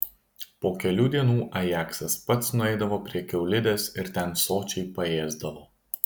po kelių dienų ajaksas pats nueidavo prie kiaulidės ir ten sočiai paėsdavo